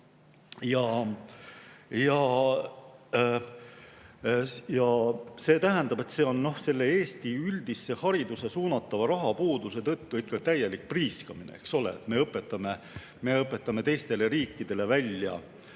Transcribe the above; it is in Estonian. See tähendab, et see on Eesti üldisse haridusse suunatava raha puuduse tõttu täielik priiskamine, eks ole, me õpetame teistele riikidele välja